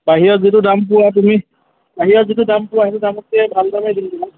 বাহিৰত যিটো দাম পোৱা তুমি বাহিৰত যিটো দাম পোৱা সেইটো দামতকৈ ভাল দামেই দিম তোমাক